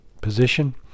position